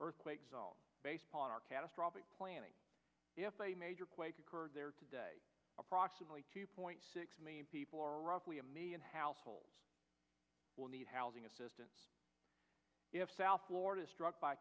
earthquake based on our catastrophic planning if a major quake occurred there today approximately two point six million people or roughly a million households will need housing assistance if south florida struck by